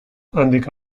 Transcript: handik